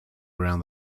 around